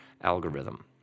algorithm